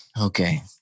Okay